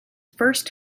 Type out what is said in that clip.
first